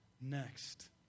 next